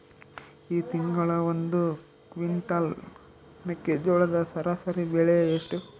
ಈ ತಿಂಗಳ ಒಂದು ಕ್ವಿಂಟಾಲ್ ಮೆಕ್ಕೆಜೋಳದ ಸರಾಸರಿ ಬೆಲೆ ಎಷ್ಟು?